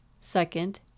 second